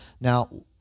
Now